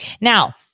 Now